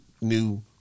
new